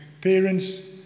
parents